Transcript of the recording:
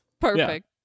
Perfect